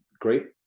great